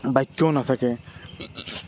বাক্যও নাথাকে